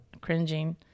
cringing